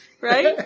right